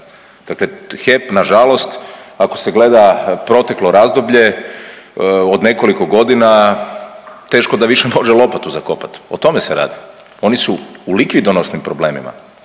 Dakle HEP nažalost ako se gleda proteklo razdoblje od nekoliko godina teško da više može lopatu zakopat, o tome se radi, oni su u likvidonosnim problemima,